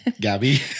Gabby